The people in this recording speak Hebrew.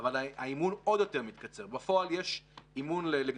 בצבא זה מערך, מערך